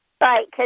Right